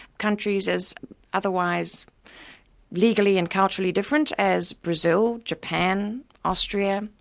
countries as otherwise legally and culturally different as brazil, japan, austria,